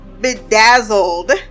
bedazzled